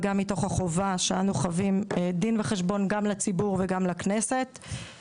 וגם מהחובה שאנחנו חבים דין וחשבון גם לציבור וגם לכנסת.